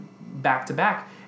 back-to-back